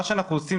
מה שאנחנו עושים,